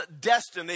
destiny